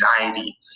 anxiety